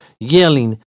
yelling